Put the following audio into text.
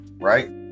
right